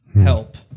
Help